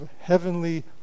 heavenly